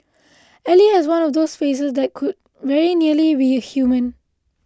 Ally has one of those faces that could very nearly be human